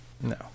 no